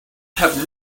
have